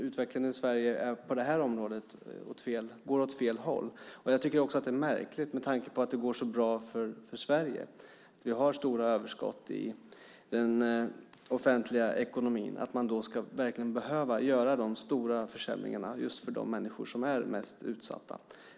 Utvecklingen i Sverige på det här området går åt fel håll. Jag tycker också att det är märkligt med tanke på att det går så bra för Sverige. Vi har stora överskott i den offentliga ekonomin. Ska man då verkligen behöva göra de här stora försämringarna just för de människor som är mest utsatta?